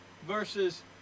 versus